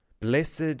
Blessed